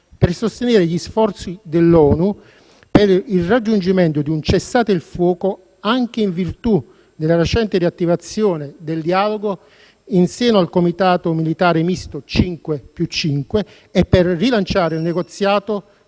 per sostenere gli sforzi dell'ONU per il raggiungimento di un cessate il fuoco, anche in virtù della recente riattivazione del dialogo in seno al comitato militare misto 5+5 e per rilanciare un negoziato